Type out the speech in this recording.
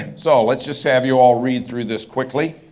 so let's just have you all read through this quickly.